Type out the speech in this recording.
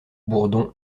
bourdon